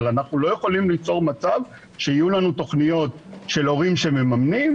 אבל אנחנו לא יכולים ליצור מצב שיהיו לנו תוכניות של הורים שמממנים,